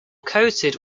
coated